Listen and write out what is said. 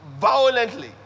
violently